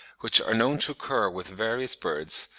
which are known to occur with various birds,